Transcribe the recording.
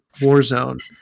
Warzone